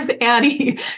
Annie